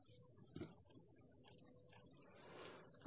ఇది miili HenryKilometer సరే